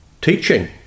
teaching